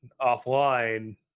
offline